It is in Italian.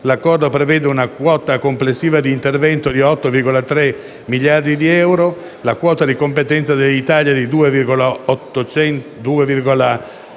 l'Accordo prevede una quota complessiva di intervento pari a circa 8,3 miliardi di euro; la quota di competenza dell'Italia è di circa 2,9 miliardi di euro,